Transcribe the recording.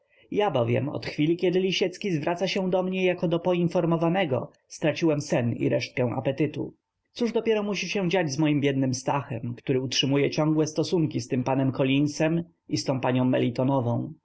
ja bowiem od chwili kiedy lisiecki zwraca się do mnie jako do poinformowanego straciłem sen i resztę apetytu cóż dopiero musi się dziać z moim biednym stachem który utrzymuje ciągłe stosunki z tym panem colinsem i z tą panią melitonową boże